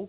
helt fel.